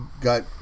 got